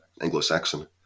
Anglo-Saxon